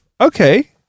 okay